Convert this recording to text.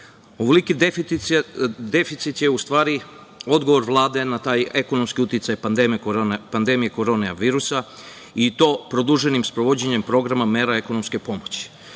budžeta. Ovoliki deficit je odgovor Vlade na taj ekonomski uticaj pandemije korona virusa, i to produženim sprovođenjem mera ekonomske pomoći.